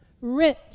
rich